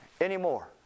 anymore